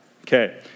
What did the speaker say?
Okay